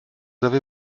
avez